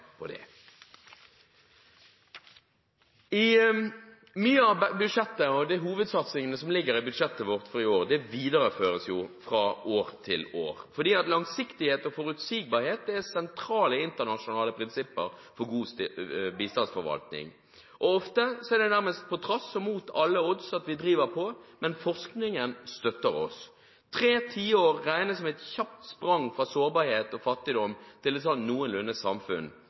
på det. Mye av budsjettet, og de hovedsatsingene som ligger i budsjettet vårt for i år, videreføres fra år til år. Langsiktighet og forutsigbarhet er sentrale internasjonale prinsipper for god bistandsforvaltning – ofte er det nærmest på trass, og mot alle odds, at vi driver på, men forskningen støtter oss. Tre tiår regnes som et kjapt sprang fra sårbarhet og fattigdom til et sånn noenlunde samfunn.